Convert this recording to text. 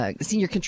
Senior